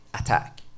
attack